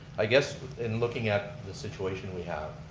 i guess in looking at the situation we have.